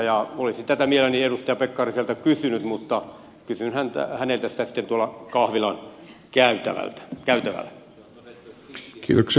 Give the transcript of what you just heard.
olisin tätä mielelläni edustaja pekkariselta kysynyt mutta kysyn häneltä sitä sitten tuolla kahvilan käytävällä